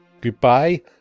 Goodbye